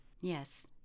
Yes